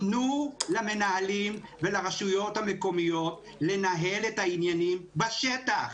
תנו למנהלים ולרשויות המקומיות לנהל את העניינים בשטח.